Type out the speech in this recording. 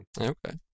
okay